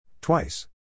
Twice